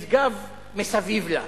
משגב ומסביב לה.